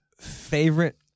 Favorite